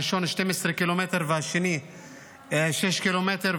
הראשון 12 קילומטר והשני 6 קילומטר.